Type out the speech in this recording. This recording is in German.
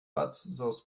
wassers